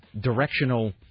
directional